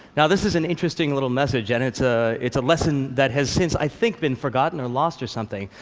now, this is an interesting little message, and it's ah it's a lesson that has since, i think, been forgotten or lost or something,